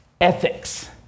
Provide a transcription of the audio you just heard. ethics